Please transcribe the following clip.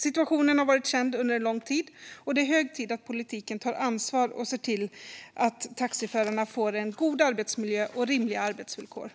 Situationen har varit känd under en lång tid, och det är hög tid att politiken tar ansvar och ser till att taxiförarna får en god arbetsmiljö och rimliga arbetsvillkor.